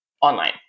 online